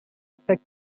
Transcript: affect